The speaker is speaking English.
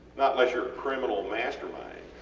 not unless youre a criminal mastermind.